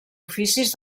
oficis